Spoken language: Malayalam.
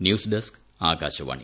ന്യൂസ്ഡെസ്ക് ആകാശവാണി